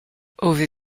over